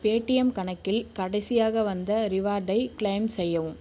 Paytm கணக்கில் கடைசியாக வந்த ரிவார்டை கிளெய்ம் செய்யவும்